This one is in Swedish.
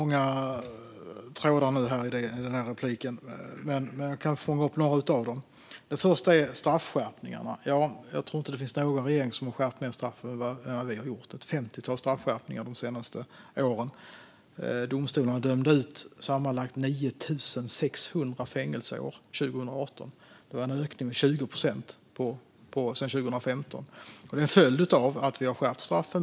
Herr talman! Det var många trådar i det här inlägget, men jag kan fånga upp några av dem. Den första är straffskärpningarna. Jag tror inte att det finns någon regering som har skärpt fler straff, ett femtiotal, än vad vi har gjort de senaste åren. Domstolarna dömde ut sammanlagt 9 600 fängelseår 2018. Det var en ökning med 20 procent sedan 2015. Det är en följd av att vi har skärpt straffen.